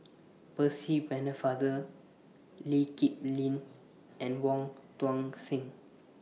Percy Pennefather Lee Kip Lin and Wong Tuang Seng